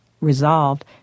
resolved